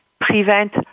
prevent